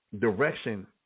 direction